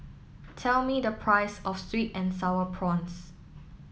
tell me the price of Sweet and Sour Prawns